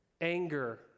anger